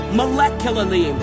molecularly